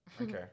Okay